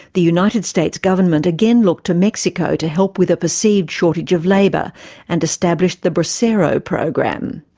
the united states government again looked to mexico to help with a perceived shortage of labour and established the bracero program.